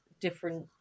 different